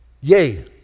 Yay